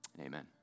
Amen